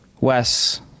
Wes